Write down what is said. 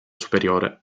superiore